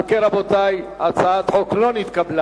אם כן, רבותי, הצעת החוק לא נתקבלה.